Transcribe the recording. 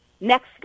next